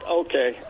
okay